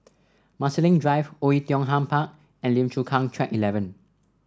Marsiling Drive Oei Tiong Ham Park and Lim Chu Kang Track Eleven